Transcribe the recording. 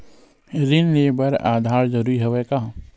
ऋण ले बर आधार जरूरी हवय का?